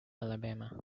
alabama